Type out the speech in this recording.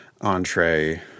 entree